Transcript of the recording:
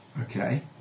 Okay